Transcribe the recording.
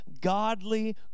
godly